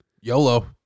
YOLO